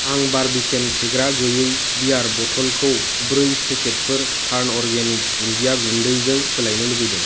आं बार्बिकेन फेग्रा गैयै बियार बथ'लखौ ब्रै पेकेटफोर टार्न अर्गेनिक दुन्दिया गुन्दैजों सोलायनो लुबैदों